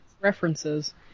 references